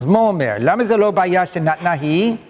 אז מה אומר? למה זה לא בעיה שנתנה היא?